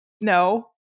No